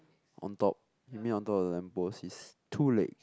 on top you mean on top of the lamp post is two legs